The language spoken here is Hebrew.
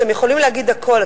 אז הם יכולים להגיד הכול.